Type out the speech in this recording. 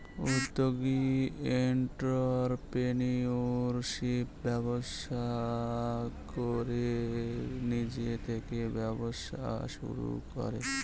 উদ্যোগী এন্ট্ররপ্রেনিউরশিপ ব্যবস্থা করে নিজে থেকে ব্যবসা শুরু করে